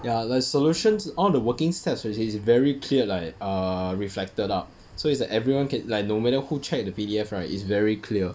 ya like solutions all the working steps which is very clear like err reflected up so it's like everyone can like no matter who check the P_D_F right is very clear